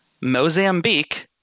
Mozambique